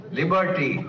liberty